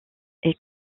est